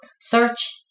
search